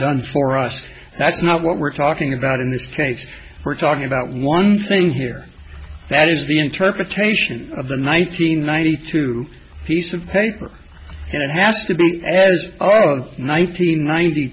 done for us that's not what we're talking about in this case we're talking about one thing here that is the interpretation of the nineteen ninety two piece of paper and it has to be all nineteen ninety